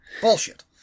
Bullshit